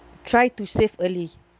try to save early